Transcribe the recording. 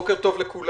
בוקר טוב לכולם,